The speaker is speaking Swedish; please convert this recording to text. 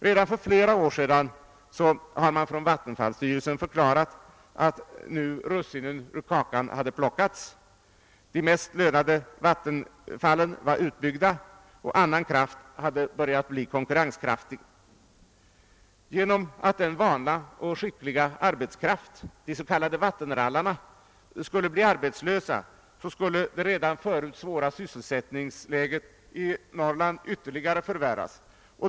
Redan för flera år sedan har vattenfallsstyrelsen förklarat att russinen i kakan redan vore plockade när det gällde vattenfallen. De mest lönande av dessa vore redan utbyggda och andra kraftkällor hade börjat bli konkurrensmässiga. Genom att den vana och skickliga arbetskraft, som utgörs av de s.k. vattenrallarna, därvid skulle bli sysslolös skulle det redan förut svåra sysselsättningsläget i Norrland ytterligare förvärras.